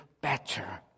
better